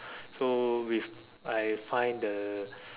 so with I'm find the